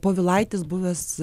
povilaitis buvęs